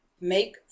Make